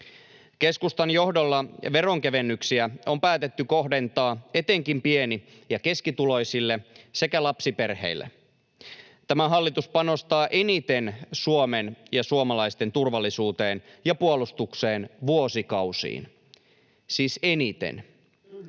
Keskustan johdolla veronkevennyksiä on päätetty kohdentaa etenkin pieni- ja keskituloisille sekä lapsiperheille. Tämä hallitus panostaa eniten Suomen ja suomalaisten turvallisuuteen ja puolustukseen vuosikausiin — siis eniten,